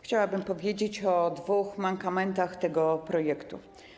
Chciałabym powiedzieć o dwóch mankamentach tego projektu.